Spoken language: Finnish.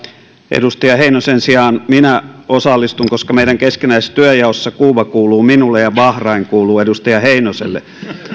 edustaja heinosen sijaan minä osallistun koska meidän keskinäisessä työnjaossa kuuba kuuluu minulle ja bahrain kuuluu edustaja heinoselle